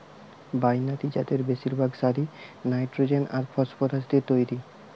binary জাতের বেশিরভাগ সারই নাইট্রোজেন আর ফসফরাস দিয়ে তইরি